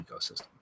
ecosystem